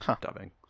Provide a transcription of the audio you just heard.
dubbing